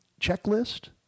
checklist